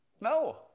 No